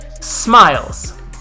smiles